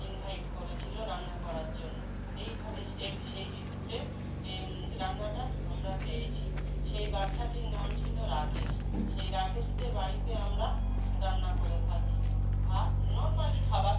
invite করেছিল রান্না করার জন্য এইভাবে এ সেই সূত্রে রান্নাটা আমরা পেয়েছি সেই বাচ্চাটির নাম ছিল রাকেশ সেই রাকেশদের বাড়িতে আমরা রান্না করে থাকি ভাত নর্মালি খাবার